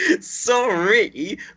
Sorry